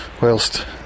whilst